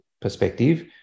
perspective